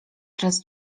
czas